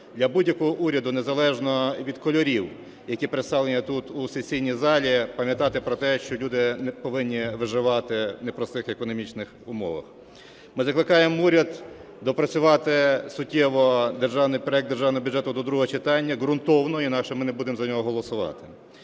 для будь-якого уряду, незалежно від кольорів, які представлені тут, у сесійній залі, пам'ятати про те, що люди не повинні виживати в непростих економічних умовах. Ми закликаємо уряд доопрацювати суттєво проект Державного бюджету до другого читання, ґрунтовно, інакше ми не будемо за нього голосувати.